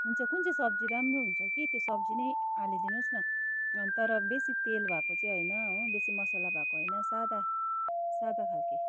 हुन्छ कुन चाहिँ सब्जी राम्रो हुन्छौँ कि त्यो सब्जी नै हाली दिनुहोस् न तर बेसी तेल भएको चाहिँ होइन हो बेसी मसला भएको होइन सादा सादा खालके